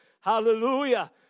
Hallelujah